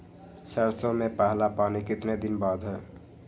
सरसों में पहला पानी कितने दिन बाद है?